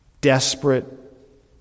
desperate